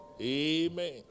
Amen